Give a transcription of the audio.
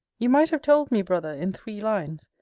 you might have told me, brother, in three lines,